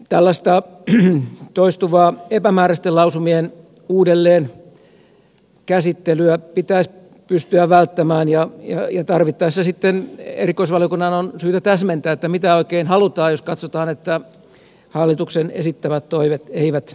tällaista toistuvaa epämääräistä lausumien uudelleenkäsittelyä pitäisi pystyä välttämään ja tarvittaessa sitten erikoisvaliokunnan on syytä täsmentää mitä oikein halutaan jos katsotaan että hallituksen esittämät toimet eivät riitä